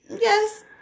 Yes